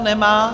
Nemá.